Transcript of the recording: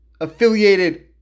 affiliated